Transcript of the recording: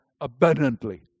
abundantly